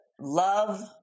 love